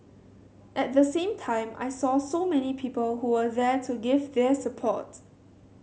at the same time I saw so many people who were there to give their support